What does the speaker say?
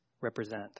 represent